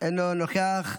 אינו נוכח.